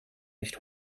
nicht